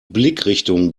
blickrichtung